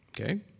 Okay